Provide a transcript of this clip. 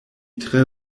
tre